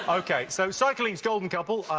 ok. so cycling's golden couple,